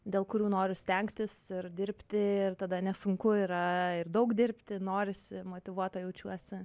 dėl kurių noriu stengtis ir dirbti ir tada nesunku yra ir daug dirbti norisi motyvuota jaučiuosi